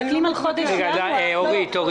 אבל כשמסתכלים על חודש ינואר --- לא, אורית.